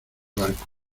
barco